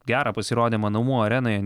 gerą pasirodymą namų arenoj